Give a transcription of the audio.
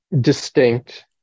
distinct